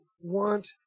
want